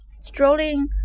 Strolling